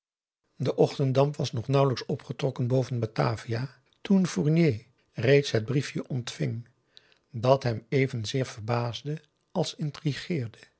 de ochtenddamp was nog nauwelijks opgetrokken boven batavia toen fournier reeds het briefje ontving dat hem evenzeer verbaasde als